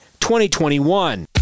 2021